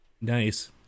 Nice